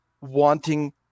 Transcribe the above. wanting